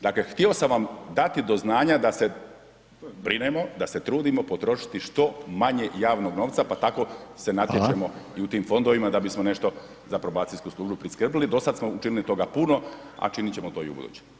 Dakle htio sam vam dati do znanja da se brinemo, da se trudimo potrošiti što manje javnog novca pa tako se natječemo i u tim fondovima da bismo nešto za probacijsku službu priskrbili, dosad smo učinili toga puno a činit ćemo to i ubuduće.